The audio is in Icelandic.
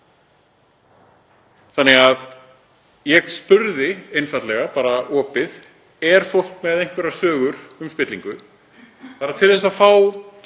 Þannig að ég spurði einfaldlega, bara opið: Er fólk með einhverjar sögur um spillingu? Bara til þess að fá